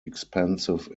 expensive